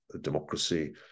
democracy